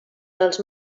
dels